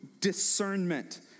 discernment